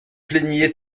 plaigniez